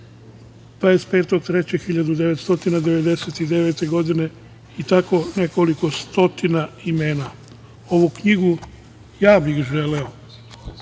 25.3.1999. godine, i tako nekoliko stotina imena. Ovu knjigu ja bih želeo